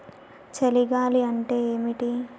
చలి గాలి అంటే ఏమిటి?